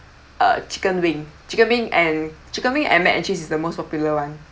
uh chicken ring chicken ring and chicken wing and mac and cheese is the most popular one